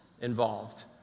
involved